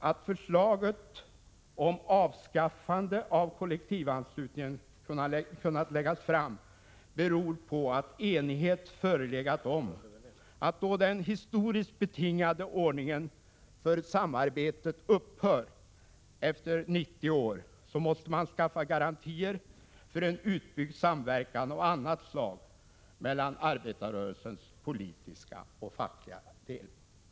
Att förslaget om avskaffande av kollektivanslutningen kunnat läggas fram beror på att enighet förelegat om att man, då den historiskt betingade ordningen för samarbetet upphör efter 90 år, måste skaffa garantier för en utbyggd samverkan av annat slag mellan arbetarrörelsens politiska och fackliga del.